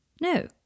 No